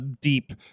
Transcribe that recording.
deep